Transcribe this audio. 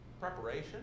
preparation